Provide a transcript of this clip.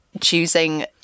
choosing